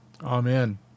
Amen